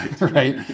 right